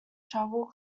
trouble